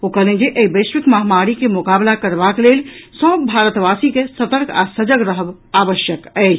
ओ कहलनि जे एहि वैश्विक महामारी के मोकाबला करबाक लेल सभ भारतवासी के सतर्क आ सजग रहब आवश्यक अछि